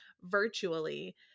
virtually